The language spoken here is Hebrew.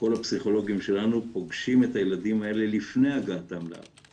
כל הפסיכולוגים שלנו פוגשים את הילדים האלה לפני הגעתם לארץ